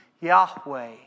Yahweh